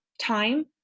time